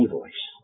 voice